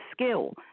skill